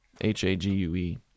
H-A-G-U-E